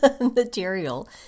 material